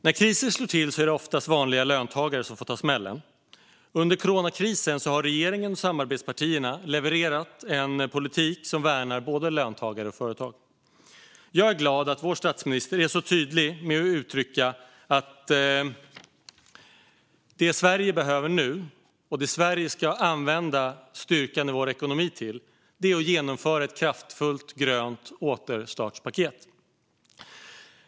När kriser slår till är det oftast vanliga löntagare som får ta smällen. Under coronakrisen har regeringen och samarbetspartierna levererat en politik som värnar både löntagare och företag. Jag är glad att vår statsminister så tydligt uttrycker att det som Sverige behöver nu, och det som Sverige ska använda styrkan i vår ekonomi till, är att genomföra ett kraftfullt grönt återstartspaket.